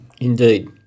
Indeed